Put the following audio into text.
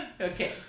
Okay